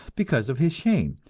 because of his shame,